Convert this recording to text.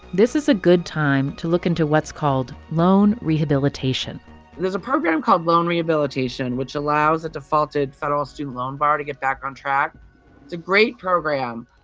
this is a good time to look into what's called loan rehabilitation there's a program called loan rehabilitation, which allows a defaulted federal student loan borrower to get back on track. it's a great program.